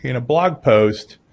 you know blog post,